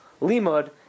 limud